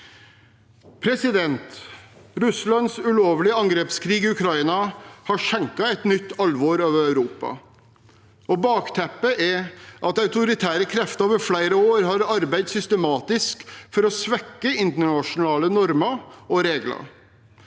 regimer. Russlands ulovlige angrepskrig i Ukraina har senket et nytt alvor over Europa, og bakteppet er at autoritære krefter over flere år har arbeidet systematisk for å svekke internasjonale normer og regler.